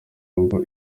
ngo